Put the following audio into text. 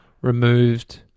removed